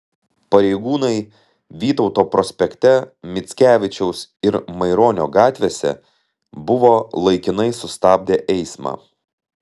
pareigūnai vytauto prospekte mickevičiaus ir maironio gatvėse buvo laikinai sustabdę eismą